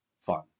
fun